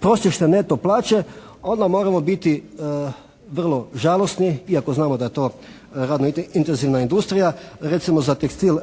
prosječne neto plaće onda moramo biti vrlo žalosni iako znamo da je to radno intenzivna industrija. Recimo za tekstil,